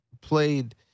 played